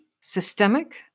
systemic